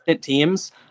teams